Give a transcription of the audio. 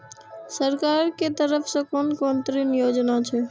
सरकार के तरफ से कोन कोन ऋण योजना छै?